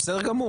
בסדר גמור,